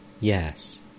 Yes